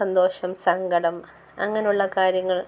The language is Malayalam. സന്തോഷം സങ്കടം അങ്ങനെയുള്ള കാര്യങ്ങൾ